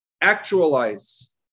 actualize